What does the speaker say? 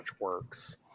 works